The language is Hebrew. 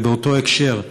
ובאותו הקשר: